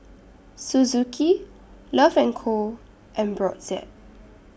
Suzuki Love and Co and Brotzeit